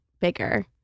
bigger